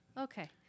Okay